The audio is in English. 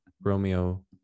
Romeo